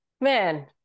man